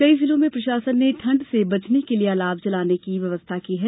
कई जिलों में प्रशासन ने ठंड से बचने के लिए अलाव जलाने की व्यवस्था की है